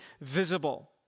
visible